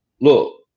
look